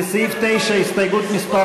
לסעיף 9, הסתייגות מס'